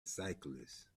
cyclist